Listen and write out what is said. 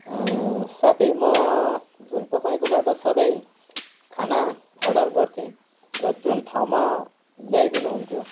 साथी म जुन तपाईँकोबाट सधैँ खाना अर्डर गर्थेँ र जुन ठाउँमा ल्याइदिनु हुन्थ्यो